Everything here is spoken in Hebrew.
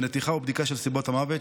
בנתיחה ובבדיקה של סיבות המוות,